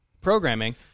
programming